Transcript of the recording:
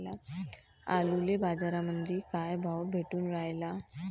आलूले बाजारामंदी काय भाव भेटून रायला?